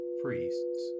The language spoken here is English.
priests